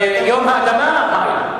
ביום האדמה?